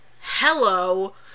hello